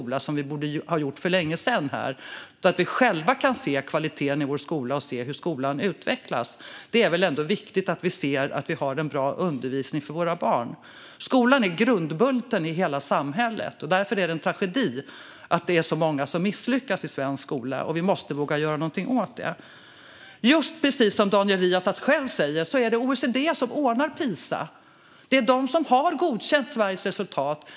Det är något som vi borde ha gjort för länge sedan, så att vi själva kan se kvaliteten i vår skola och se hur skolan utvecklas. Det är väl ändå viktigt att vi kan se att undervisningen för våra barn är bra? Skolan är grundbulten för hela samhället. Det är därför en tragedi att så många misslyckas i svensk skola. Vi måste våga göra något åt det. Precis som Daniel Riazat själv tog upp är det OECD som anordnar PISA. Det är de som har godkänt Sveriges resultat.